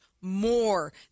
more